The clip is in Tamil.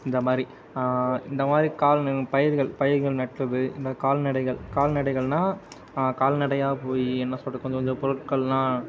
இந்த மாதிரி இந்த மாதிரி பயிர்கள் பயிர்கள் நடுறது இந்த கால்நடைகள் கால்நடைகள்னால் கால்நடையாக போய் என்ன சொல்வது கொஞ்சம் கொஞ்சம் பொருட்களெலாம்